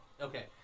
Okay